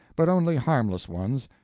but only harmless ones.